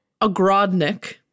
Agrodnik